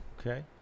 Okay